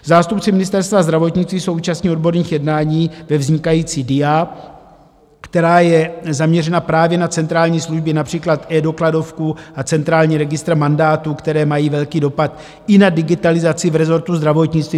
Zástupci Ministerstva zdravotnictví jsou účastni odborných jednání ve vznikající DIA, která je zaměřena právě na centrální služby, například eDokladovku a centrální registr mandátů, které mají velký dopad i na digitalizaci v rezortu zdravotnictví.